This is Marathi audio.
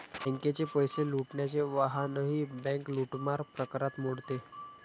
बँकेचे पैसे लुटण्याचे वाहनही बँक लूटमार प्रकारात मोडते